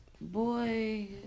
Boy